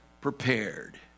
prepared